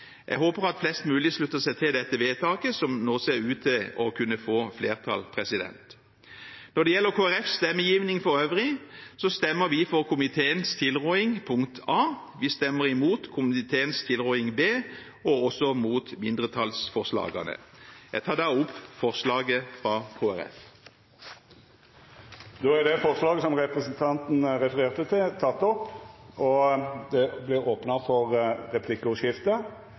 Jeg håper at flest mulig slutter seg til dette vedtaket som nå ser ut til å kunne få flertall. Når det gjelder Kristelig Folkepartis stemmegivning for øvrig, stemmer vi for komiteens tilråding til A. Vi stemmer imot komiteens tilråding til B, og også imot mindretallsforslagene. Jeg tar opp forslaget fra Kristelig Folkeparti. Representanten Hans Fredrik Grøvan har teke opp det forslaget han refererte til. Det